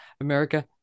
America